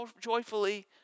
joyfully